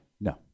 No